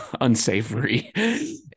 unsavory